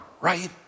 right